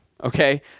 okay